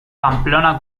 pamplona